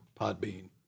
Podbean